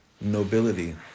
nobility